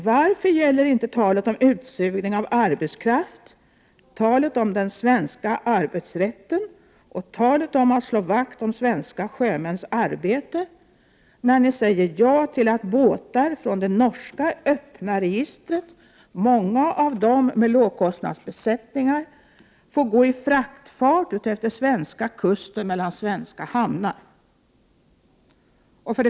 Varför gäller inte talet om utsugning av arbetskraft, talet om den svenska arbetsrätten och talet om att slå vakt om svenska sjömäns arbete när ni säger ja till att båtar från det öppna norska registret, många av dem med lågkostnadsbesättningar, får gå i fraktfart utefter svenska kusten och mellan svenska hamnar?